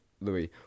Louis